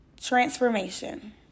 Transformation